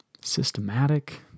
systematic